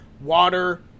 water